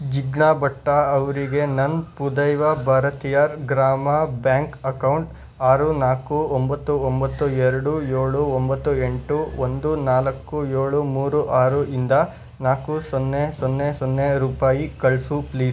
ಜಿಗ್ನಾ ಭಟ್ಟ ಅವರಿಗೆ ನನ್ನ Pudhuvai Bharathiar Grama bank account ಆರು ನಾಲ್ಕು ಒಂಬತ್ತು ಒಂಬತ್ತು ಎರಡು ಏಳು ಒಂಬತ್ತು ಎಂಟು ಒಂದು ನಾಲ್ಕು ಏಳು ಮೂರು ಆರು ಇಂದ ನಾಲ್ಕು ಸೊನ್ನೆ ಸೊನ್ನೆ ಸೊನ್ನೆ ರೂಪಾಯಿ ಕಳಿಸು ಪ್ಲೀಸ್